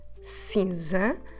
cinza